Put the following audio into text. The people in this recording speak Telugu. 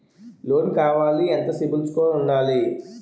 లోన్ కావాలి ఎంత సిబిల్ స్కోర్ ఉండాలి?